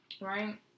right